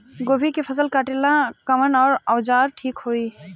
गोभी के फसल काटेला कवन औजार ठीक होई?